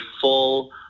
full